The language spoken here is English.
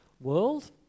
world